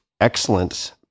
Excellent